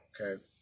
Okay